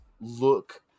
look